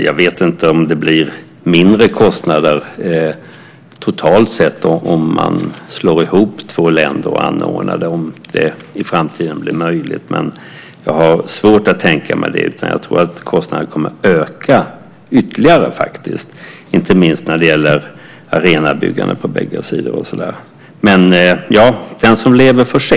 Jag vet inte om det blir mindre kostnader totalt sett om två länder anordnar det, om det i framtiden blir möjligt, men jag har svårt att tänka mig det. Jag tror faktiskt att kostnaderna skulle öka ytterligare, inte minst för arenabyggande på bägge sidor. Men den som lever får se.